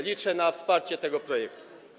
Liczę na wsparcie tego projektu.